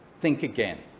think again.